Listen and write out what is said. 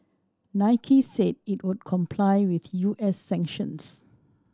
Nike said it would comply with U S sanctions